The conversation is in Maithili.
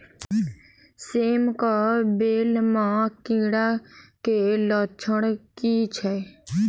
सेम कऽ बेल म कीड़ा केँ लक्षण की छै?